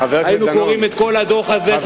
היינו קורעים את כל הדוח הזה,